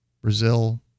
Brazil